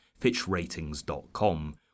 fitchratings.com